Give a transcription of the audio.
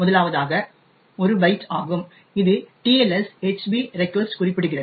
முதலாவதாக இது 1 பைட் ஆகும் இது TLS HB REQUEST குறிப்பிடுகிறது